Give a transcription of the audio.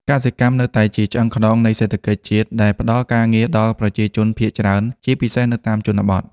កសិកម្មនៅតែជាឆ្អឹងខ្នងនៃសេដ្ឋកិច្ចជាតិដែលផ្តល់ការងារដល់ប្រជាជនភាគច្រើនជាពិសេសនៅតាមជនបទ។